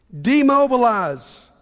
Demobilize